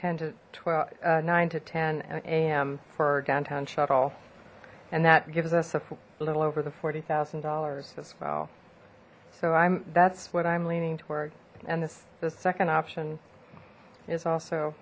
twelve nine to ten a m for downtown shuttle and that gives us a little over the forty thousand dollars as well so i'm that's what i'm leaning to work and this the second option is also